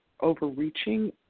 overreaching